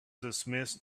dismissed